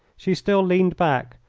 she still leaned back,